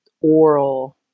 oral